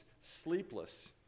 sleepless